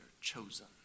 chosen